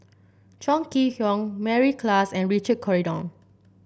Chong Kee Hiong Mary Klass and Richard Corridon